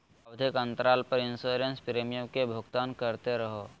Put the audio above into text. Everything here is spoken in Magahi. आवधिक अंतराल पर इंसोरेंस प्रीमियम के भुगतान करते रहो